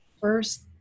first